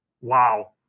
wow